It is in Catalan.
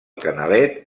canalet